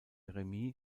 remis